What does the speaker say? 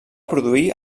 produir